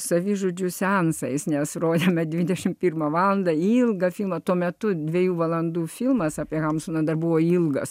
savižudžių seansais nes rodėme dvidešim pirmą valandą ilgą filmą tuo metu dviejų valandų filmas apie hamsuną dar buvo ilgas